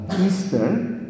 Easter